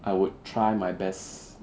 I would try my best